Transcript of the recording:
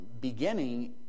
beginning